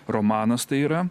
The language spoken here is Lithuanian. romanas tai yra